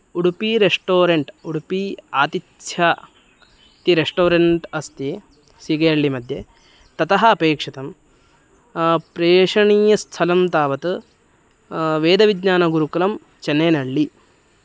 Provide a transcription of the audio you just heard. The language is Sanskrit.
उडुपी रेस्टोरेण्ट् उडुपी आतिथ्य इति रेस्टोरेण्ट् अस्ति सीगेहळ्ळिमध्ये ततः अपेक्षितं प्रेषणीयस्थलं तावत् वेदविज्ञानगुरुकुलं चन्नैनहळ्ळि